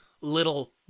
little